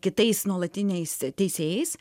kitais nuolatiniais teisėjais